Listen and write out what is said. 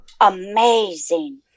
Amazing